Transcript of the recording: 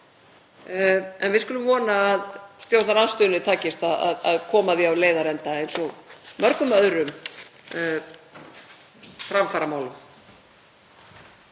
en við skulum vona að stjórnarandstöðunni takist að koma því á leiðarenda eins og mörgum öðrum framfaramálum.